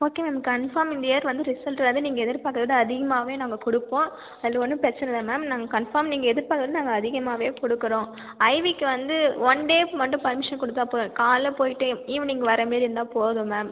okay ma'am confirm இந்த year வந்து result வந்து நீங்கள் எதிர்பார்க்கறத விட அதிகமாகவே நாங்கள் கொடுப்போம் அதில் ஒன்றும் பிரச்சின இல்லை மேம் நாங்கள் கன்ஃபார்ம் நீங்கள் எதிர்பார்க்கறத விட நாங்கள் அதிகமாகவே கொடுக்குறோம் ஐவிக்கு வந்து ஒன் டேவுக்கு மட்டும் பர்மிஷன் கொடுத்தா போதும் காலையில் போய்விட்டு ஈவினிங் வர்ற மாரி இருந்தால் போதும் மேம்